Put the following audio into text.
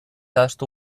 ahaztu